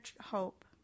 hope